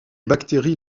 bactéries